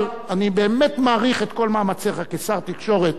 אבל אני באמת מעריך את כל מאמציך כשר התקשורת,